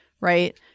right